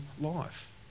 life